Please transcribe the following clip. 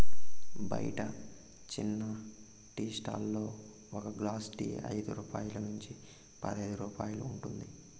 బయట చిన్న tea stall లలో ఒక గ్లాస్ టీ ఐదు రూపాయల నుంచి పదైదు రూపాయలు ఉంటుంది